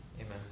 Amen